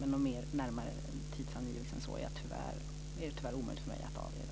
Någon närmare tidsangivelse än så är det tyvärr omöjligt för mig att ge.